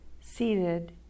seated